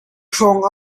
hrawng